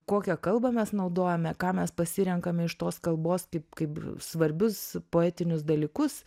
kokią kalbą mes naudojame ką mes pasirenkame iš tos kalbos kaip kaip svarbius poetinius dalykus